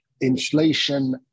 inflation